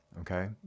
okay